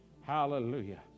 Hallelujah